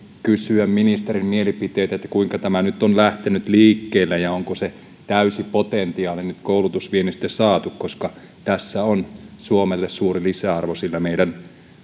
kysyä ministerin mielipidettä kuinka tämä nyt on lähtenyt liikkeelle ja onko se täysi potentiaali nyt koulutusviennistä saatu koska tässä on suomelle suuri lisäarvo sillä meidän